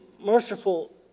Merciful